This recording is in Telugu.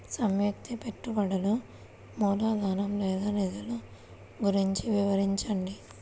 సంయుక్త పెట్టుబడులు మూలధనం లేదా నిధులు గురించి వివరించండి?